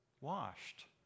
washed